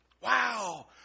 Wow